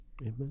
Amen